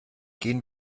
gehen